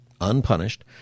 unpunished